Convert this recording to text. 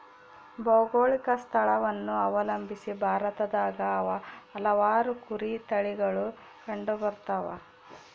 ಭೌಗೋಳಿಕ ಸ್ಥಳವನ್ನು ಅವಲಂಬಿಸಿ ಭಾರತದಾಗ ಹಲವಾರು ಕುರಿ ತಳಿಗಳು ಕಂಡುಬರ್ತವ